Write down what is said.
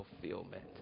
fulfillment